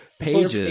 pages